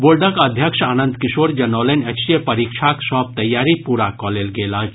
बोर्डक अध्यक्ष आनंद किशोर जनौलनि अछि जे परीक्षाक सभ तैयारी पूरा कऽ लेल गेल अछि